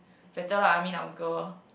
better lah I mean I'm a girl